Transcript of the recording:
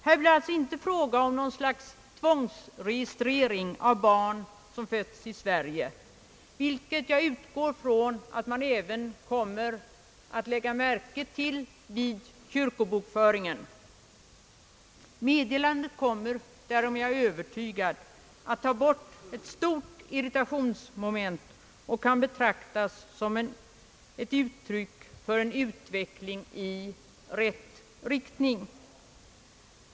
Här är det inte fråga om något slags tvångsregistrering av barn som fötts i Sverige, vilket jag utgår ifrån att man även kommer att lägga märke till vid kyrkobokföringen. Meddelandet kommer — därom är jag övertygad — att avlägsna ett stort irritationsmoment och kan betraktas som ett uttryck för en utveckling i rätt riktning.